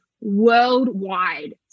worldwide